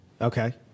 Okay